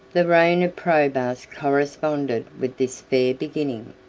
the reign of probus corresponded with this fair beginning.